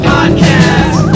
Podcast